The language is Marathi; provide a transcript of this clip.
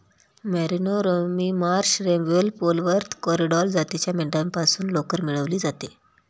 मरिनो, रोमी मार्श, रॅम्बेल, पोलवर्थ, कॉरिडल जातीच्या मेंढ्यांपासून लोकर मिळवली जाते